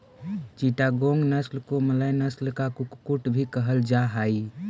चिटागोंग नस्ल को मलय नस्ल का कुक्कुट भी कहल जा हाई